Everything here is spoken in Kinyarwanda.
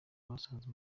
basanze